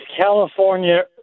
California